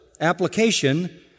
application